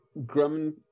Grumman